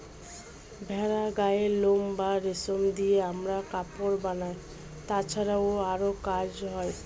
ভেড়ার গায়ের লোম বা রেশম দিয়ে আমরা কাপড় বানাই, তাছাড়াও আরো কাজ হয়